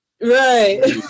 Right